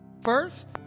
First